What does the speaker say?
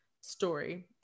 story